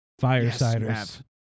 Firesiders